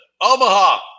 Omaha